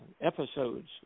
episodes